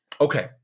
okay